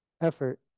effort